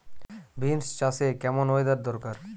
Beans চাষে কেমন weather দরকার?